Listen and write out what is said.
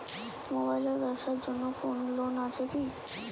Mobile এর ব্যাবসার জন্য কোন লোন আছে কি?